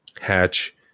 hatch